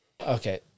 okay